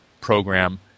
program